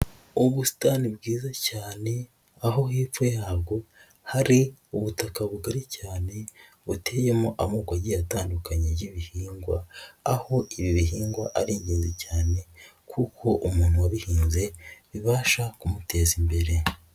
Ubusitani bwiza cyane aho hepfo yabwo hari ubutaka bugari cyane wateyemo amoko agi atandukanye y'ibihingwa, aho ibi bihingwa ari ingenzi cyane kuko umuntu wabihinze bibasha kumuteza imbere.